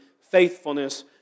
faithfulness